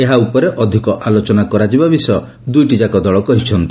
ଏହା ଉପରେ ଅଧିକ ଆଲୋଚନା କରାଯିବା ବିଷୟ ଦୁଇଟିଯାକ ଦଳ କହିଛନ୍ତି